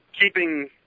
keeping